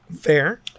Fair